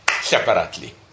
separately